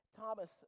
Thomas